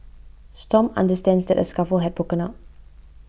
stomp understands that a scuffle had broken out